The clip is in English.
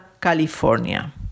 California